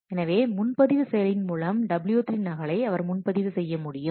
எனவே முன்பதிவு செயலின் மூலம் W3 நகலை அவர் முன்பதிவு செய்ய முடியும்